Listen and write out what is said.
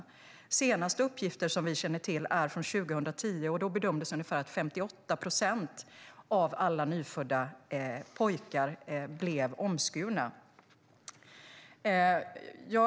De senaste uppgifterna som vi känner till är från 2010, och då bedömdes att ungefär 58 procent av alla nyfödda pojkar blev omskurna.